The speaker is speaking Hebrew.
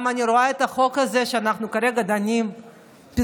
אני גם רואה את החוק הזה שאנחנו כרגע דנים בו,